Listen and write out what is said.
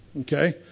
okay